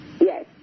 Yes